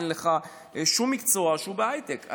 אין לך שום מקצוע שהוא בהייטק.